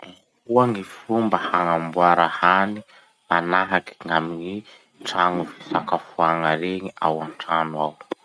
Ahoa gny fomba hagnamboara hany manahaky gn'amy trano fisakafoana regny ao antrano ao?